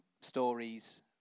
stories